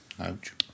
ouch